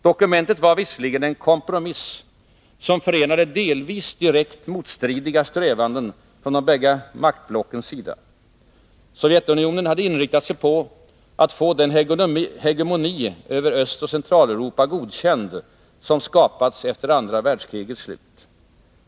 Dokumentet var visserligen en kompromiss, som förenade delvis direkt motstridiga strävanden från de bägge maktblockens sida. Sovjetunionen hade inriktat sig på att få den hegemoni över Östoch Centraleuropa godkänd som skapats efter andra världskrigets slut.